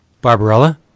Barbarella